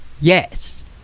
Yes